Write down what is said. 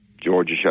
Georgia